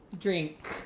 drink